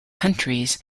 countries